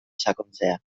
sakontzea